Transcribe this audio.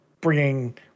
bringing